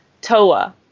TOA